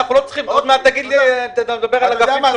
עוד מעט תגיד לי --- אתה יודע מה,